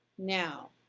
now,